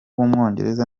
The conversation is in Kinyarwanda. w’umwongereza